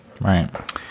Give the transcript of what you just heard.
Right